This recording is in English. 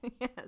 Yes